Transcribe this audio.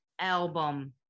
album